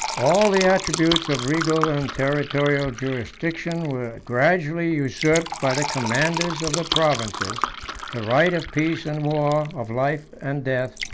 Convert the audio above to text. all the attributes of regal and territorial jurisdiction were gradually usurped by the commanders of the provinces the right of peace and war, of life and death,